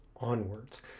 onwards